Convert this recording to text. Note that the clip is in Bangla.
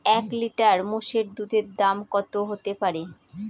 এক লিটার মোষের দুধের দাম কত হতেপারে?